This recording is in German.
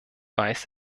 weiß